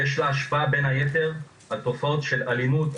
ויש לה השפעה בין היתר על תופעות של אלימות,